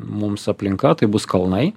mums aplinka tai bus kalnai